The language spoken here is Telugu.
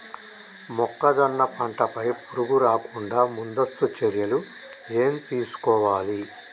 మొక్కజొన్న పంట పై పురుగు రాకుండా ముందస్తు చర్యలు ఏం తీసుకోవాలి?